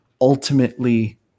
ultimately